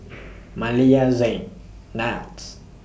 Maleah Zayne Niles